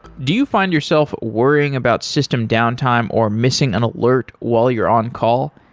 do you find yourself worrying about system downtime or missing an alert while you're on call?